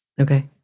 Okay